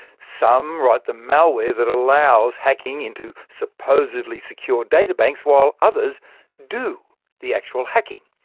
some write the malware that allows hacking into supposedly secure data banks, while others do the actual hacking.